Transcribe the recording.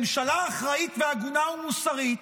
ממשלה אחראית, הגונה ומוסרית,